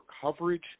coverage